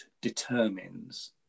determines